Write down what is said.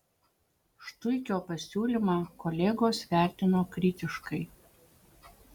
štuikio pasiūlymą kolegos vertino kritiškai